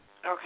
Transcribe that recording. Okay